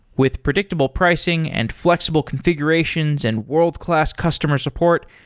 with predictable pricing and flexible configurations and world-class customer support,